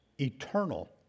eternal